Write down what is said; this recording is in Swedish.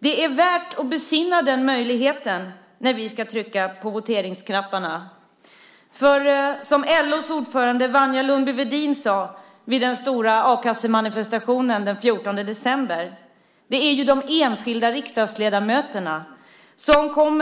Det är värt att besinna den möjligheten när vi ska trycka på voteringsknapparna, för som LO:s ordförande Wanja Lundby-Wedin sade vid den stora a-kassemanifestationen den 14 december är det ju de enskilda riksdagsledamöterna som